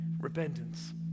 Repentance